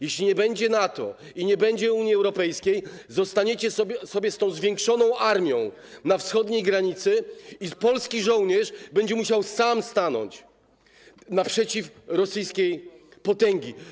Jeśli nie będzie NATO i nie będzie Unii Europejskiej, zostaniecie sobie z tą zwiększoną armią na wschodniej granicy i polski żołnierz będzie musiał sam stanąć naprzeciw rosyjskiej potęgi.